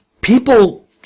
people